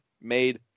made